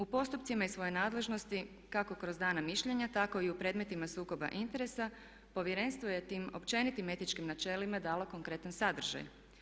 U postupcima iz svoje nadležnosti kako kroz dana mišljenja tako i u predmetima sukoba interesa povjerenstvo je tim općenitim etičkim načelima dalo konkretan sadržaj.